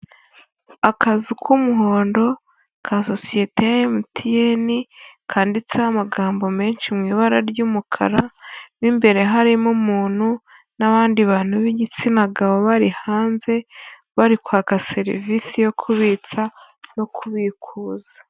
Akazu k'umuhondo ka sosiyete ya emutiyeni, kanditseho amagambo menshi mu ibara ry'umukara, mo imbere harimo umuntu n'abandi bantu b'igitsina gabo, bari hanze bari kwaka serivisi yo kubitsa no kubikuza.